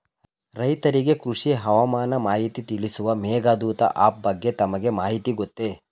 ರೈತರಿಗೆ ಕೃಷಿ ಹವಾಮಾನ ಮಾಹಿತಿ ತಿಳಿಸುವ ಮೇಘದೂತ ಆಪ್ ಬಗ್ಗೆ ತಮಗೆ ಮಾಹಿತಿ ಗೊತ್ತೇ?